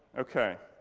okay,